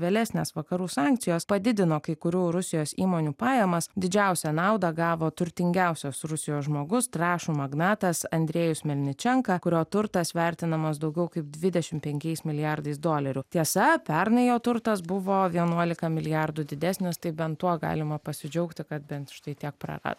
vėlesnės vakarų sankcijos padidino kai kurių rusijos įmonių pajamas didžiausią naudą gavo turtingiausios rusijos žmogus trąšų magnatas andrejus melničenka kurio turtas vertinamas daugiau kaip dvidešim penkiais milijardais dolerių tiesa pernai jo turtas buvo vienuolika milijardų didesnis tai bent tuo galima pasidžiaugti kad bent štai tiek prarado